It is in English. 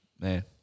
Man